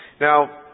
Now